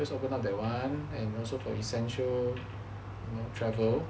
just open up that [one] and also for essential travel